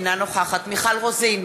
אינה נוכחת מיכל רוזין,